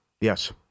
Yes